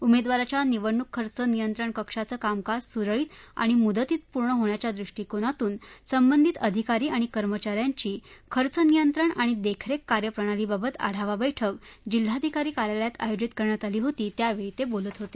उमेदवाराच्या निवडणूक खर्च नियंत्रण कक्षाचं कामकाज सुरळीत आणि मुदतीत पूर्ण होण्याच्या दृष्टीकोनातून संबंधित अधिकारी आणि कर्मचा यांची खर्च नियंत्रण आणि देखरेख कार्यप्रणालीबाबत आढावा बेेेक्के जिल्हाधिकारी कार्यालयात आयोजित करण्यात आली होती त्यावेळी ते बोलत होते